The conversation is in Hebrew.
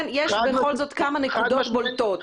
יש בכל זאת כמה נקודות בולטות.